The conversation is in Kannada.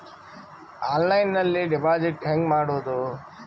ಆನ್ಲೈನ್ನಲ್ಲಿ ಡೆಪಾಜಿಟ್ ಹೆಂಗ್ ಮಾಡುದು?